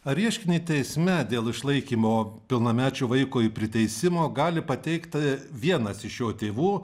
ar ieškinį teisme dėl išlaikymo pilnamečiui vaikui priteisimo gali pateikti vienas iš jo tėvų